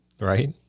right